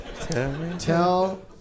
tell